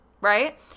right